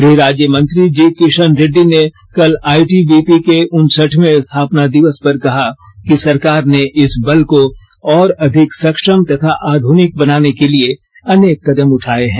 गृह राज्य मंत्री जी ॅ किशन रेड्डी ने कल आईटीबीपी के उनसठवें स्थापना दिवस पर कहा कि सरकार ने इस बल को और अधिक सक्षम तथा आधुनिक बनाने के लिए अनेक कदम उठाए हैं